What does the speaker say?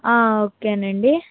okay అండి